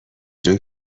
جون